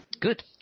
Good